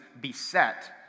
beset